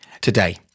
Today